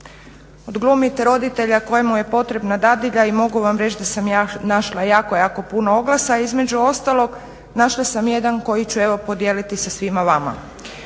odglumit roditelja kojemu je potrebna dadilja i mogu vam reći da sam našla jako, jako puno oglasa, između ostalog našla sam jedan koji ću evo podijeliti sa svima vama.